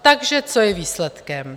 Takže co je výsledkem?